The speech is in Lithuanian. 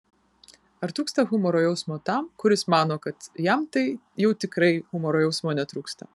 ar trūksta humoro jausmo tam kuris mano kad jam tai jau tikrai humoro jausmo netrūksta